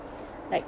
like